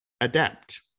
Adapt